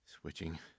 Switching